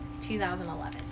2011